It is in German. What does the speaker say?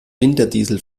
winterdiesel